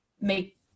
make